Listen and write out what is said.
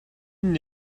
сэрии